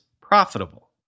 profitable